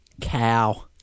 cow